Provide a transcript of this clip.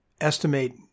estimate